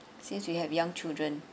since we have young children